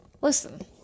Listen